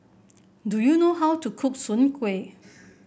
do you know how to cook Soon Kway